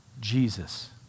Jesus